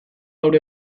gaur